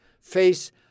face